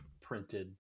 printed